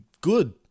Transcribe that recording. good